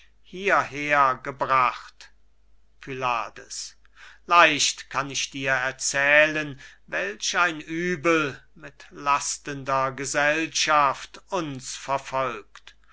hierher gebracht pylades leicht kann ich dir erzählen welch ein übel mit lastender gesellschaft uns verfolgt